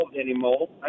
anymore